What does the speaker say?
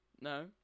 No